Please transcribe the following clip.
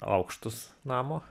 aukštus namo